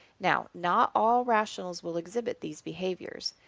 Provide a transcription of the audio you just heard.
now not all rationals will exhibit these behaviors,